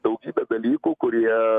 daug dalykų kurie